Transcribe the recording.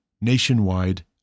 nationwide